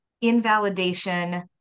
invalidation